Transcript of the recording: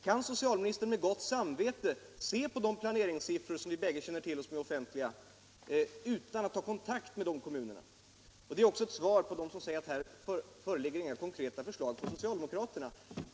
Kan socialministern med gott samvete se på de planeringssiffror som är offentliga och som vi bägge känner till utan att ta kontakt med de kommunerna? Detta är också ett svar till dem som säger att det inte föreligger några konkreta förslag från socialdemokraterna.